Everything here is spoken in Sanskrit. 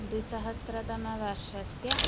द्विसहस्रतमवर्षस्य